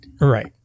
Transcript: Right